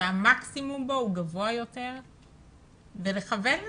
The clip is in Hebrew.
שהמקסימום בו הוא גבוה יותר ולכוון לשם.